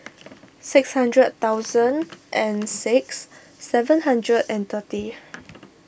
six hundred thousand and six seven hundred and thirty